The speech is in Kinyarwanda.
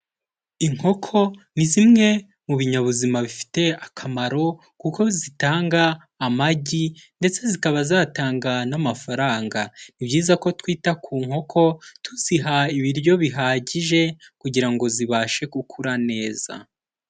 Inkoko ni zimwe mu binyabuzima bifite akamaro kuko zitanga amagi ndetse zikaba zatanga n'amafaranga, ni byiza ko twita ku nkoko tuziha ibiryo bihagije kugira ngo zibashe gukura neza.